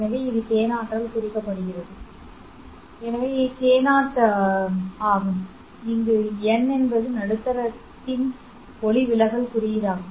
எனவே இது k0 ஆல் குறிக்கப்படுகிறது எனவே k பொதுவாக k0n ஆகும் அங்கு n என்பது நடுத்தரத்தின் ஒளிவிலகல் குறியீடாகும்